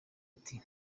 ati